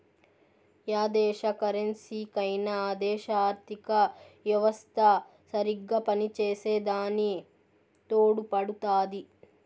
yeah దేశ కరెన్సీకైనా ఆ దేశ ఆర్థిత యెవస్త సరిగ్గా పనిచేసే దాని తోడుపడుతాది